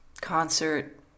concert